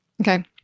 Okay